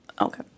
Okay